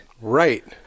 Right